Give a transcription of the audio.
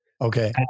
Okay